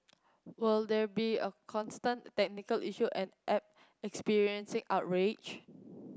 will there be of constant technical issue and app experiencing outrage